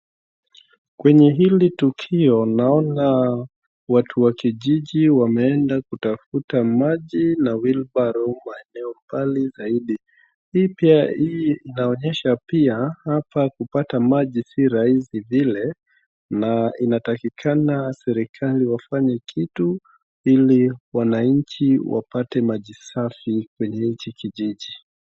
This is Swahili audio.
Kwenye hili tukio naona watu wa kijiji wameenda kutafuta maji na wheel barrow eneo mbali zaidi. Hii pia, hii inaonyesha pia hapa kupata maji si rahisi vile na inatakikana serikali wafanye kitu ili wananchi wapate maji safi kwenye hiki kijiji.